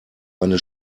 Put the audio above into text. eine